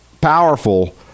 powerful